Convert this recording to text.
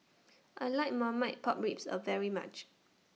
I like Marmite Pork Ribs A very much